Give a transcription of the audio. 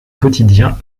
quotidien